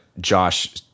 Josh